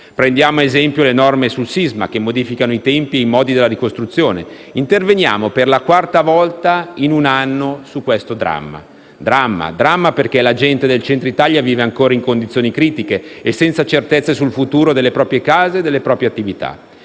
Prendiamo, ad esempio, le norme sul sisma, che modificano i tempi e i modi della ricostruzione: interveniamo per la quarta volta in un anno su questo dramma. Parlo di dramma perché la gente del Centro Italia vive ancora in condizioni critiche e senza certezze sul futuro delle proprie case e attività.